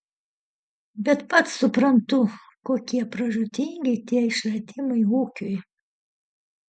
bet pats suprantu kokie pražūtingi tie išradimai ūkiui